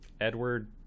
Edward